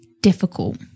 difficult